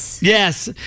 Yes